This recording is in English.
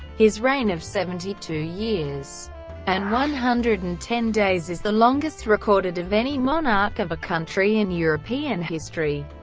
his reign of seventy two years and one hundred and ten days is the longest recorded of any monarch of a country in european history.